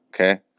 okay